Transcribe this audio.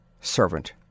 Servant